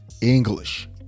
English